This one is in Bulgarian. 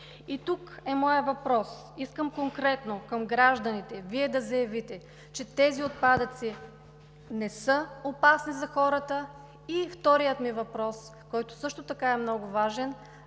И тук е моят въпрос: искам конкретно към гражданите Вие да заявите, че тези отпадъци не са опасни за хората. Вторият ми въпрос, който също така е много важен: